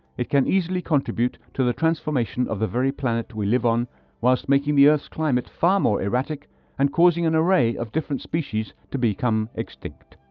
it can easily contribute to the transformation of the very planet we live on whilst making the earth's climate far more erratic and causing an array of different species to be extinct.